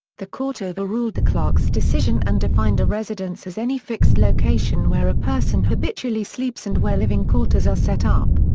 the court overruled the clerk's decision and defined a residence as any fixed location where a person habitually sleeps and where living quarters are set up.